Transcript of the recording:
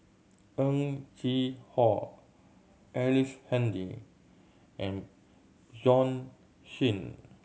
Heng Chee How Ellice Handy and Bjorn Shen